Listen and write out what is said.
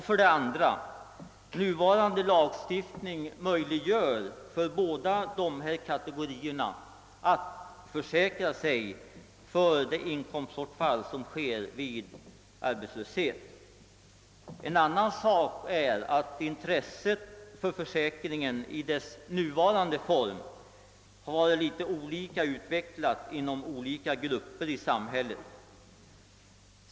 För det andra möjliggör nuvarande lagstiftning för båda dessa kategorier att försäkra sig för det inkomstbortfall som uppstår vid arbetslöshet. En annan sak är att intresset för försäkringen i dess nuvarande form har varit litet olika utvecklat inom olika grupper i samhället.